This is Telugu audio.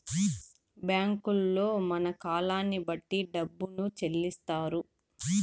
బ్యాంకుల్లో మన కాలాన్ని బట్టి డబ్బును చెల్లిత్తారు